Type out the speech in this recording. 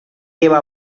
iba